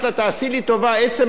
עצם הדיון וההחלטה,